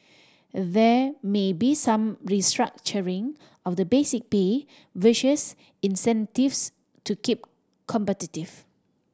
there may be some restructuring of the basic pay versus incentives to keep competitive